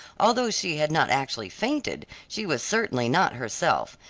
although she had not actually fainted, she was certainly not herself,